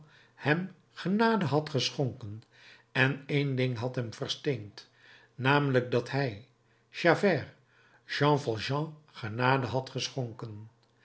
hem genade had geschonken en één ding had hem versteend namelijk dat hij javert jean valjean genade had geschonken